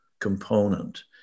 component